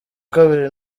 kabiri